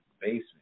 basement